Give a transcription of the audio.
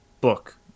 book